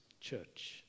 church